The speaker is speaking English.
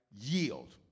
Yield